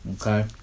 Okay